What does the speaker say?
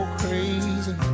crazy